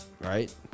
Right